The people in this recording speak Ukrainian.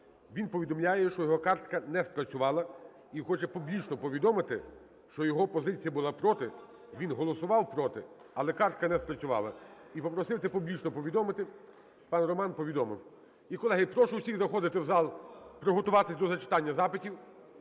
він повідомляє, що його картка не спрацювала і хоче публічно повідомити, що його позиція була "проти". Він голосував "проти", але картка не спрацювала. І попросив це публічно повідомити. Пане Роман, повідомив. І, колеги, прошу усіх заходити в зал, приготуватись до зачитання запитів.